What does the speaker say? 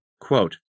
Quote